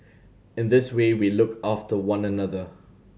in this way we look after one another